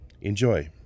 Enjoy